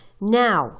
Now